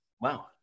Wow